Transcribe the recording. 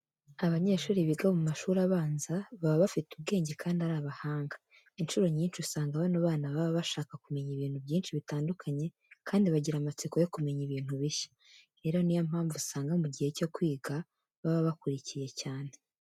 Abanyeshuri biga mu mashuri abanza baba bafite ubwenge kandi ari abahanga. Inshuro nyinshi usanga bano bana baba bashaka kumenya ibintu byinshi bitandukanye kandi bagira amatsiko yo kumenya ibintu bishya. Rero niyo mpamvu usanga mu gihe cyo kwiga baba bakurikiye cyane.